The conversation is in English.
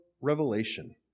Revelation